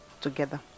together